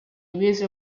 used